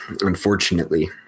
unfortunately